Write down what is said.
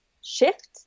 shift